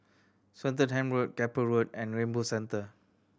Swettenham Road Keppel Road and Rainbow Centre